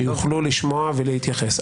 שיוכלו לשמוע ולהתייחס.